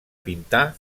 pintar